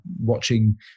watching